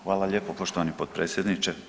Hvala lijepo poštovani potpredsjedniče.